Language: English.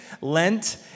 Lent